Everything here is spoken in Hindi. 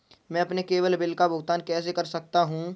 मैं अपने केवल बिल का भुगतान कैसे कर सकता हूँ?